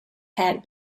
had